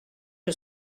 que